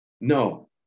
No